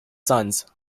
sons